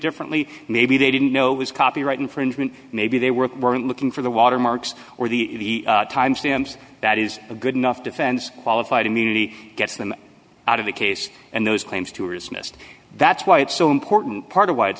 differently maybe they didn't know it was copyright infringement maybe they weren't weren't looking for the watermarks or the time stamps that is a good enough defense qualified immunity gets them out of the case and those claims two are dismissed that's why it's so important part of why it's